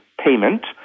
payment